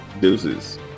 deuces